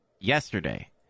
yesterday